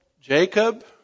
Jacob